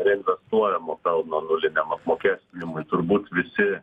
reinvestuojamo pelno nuliniam apmokestinimui turbūt visi